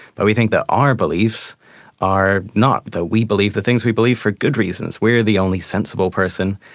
but we think that our beliefs are not, that we believe the things we believe for good reasons. we are the only sensible person.